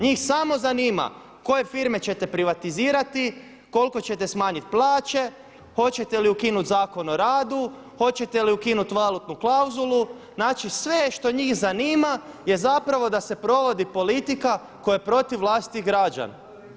Njih samo zanima koje firme ćete privatizirati, koliko ćete smanjiti plaće, hoćete li ukinuti Zakon o radu, hoćete li ukinuti valutnu klauzulu, znači sve što njih zanima je zapravo da se provodi politika koja je protiv vlastitih građana.